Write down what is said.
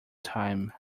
time